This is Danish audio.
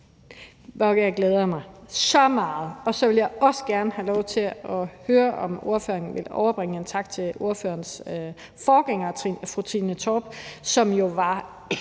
jeg glæder mig så meget. Så vil jeg også gerne have lov til at høre, om ordføreren vil overbringe en tak til ordførerens forgænger, fru Trine Torp, som jo var